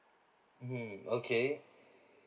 mm okay